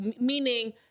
meaning